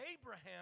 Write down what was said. Abraham